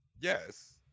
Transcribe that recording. Yes